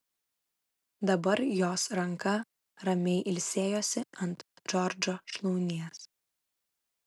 dabar jos ranka ramiai ilsėjosi ant džordžo šlaunies